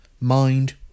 mind